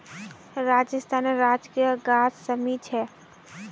राजस्थानेर राजकीय गाछ शमी छे